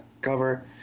cover